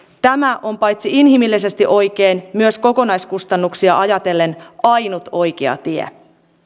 tämä on paitsi inhimillisesti oikein myös kokonaiskustannuksia ajatellen ainut oikea tie